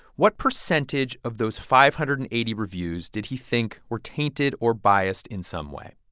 what percentage of those five hundred and eighty reviews did he think were tainted or biased in some way?